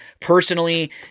personally